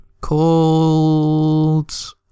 called